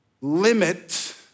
limit